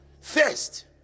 First